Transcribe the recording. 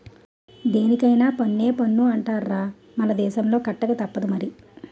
దేనికైన పన్నే పన్ను అంటార్రా మన దేశంలో కట్టకతప్పదు మరి